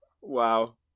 wow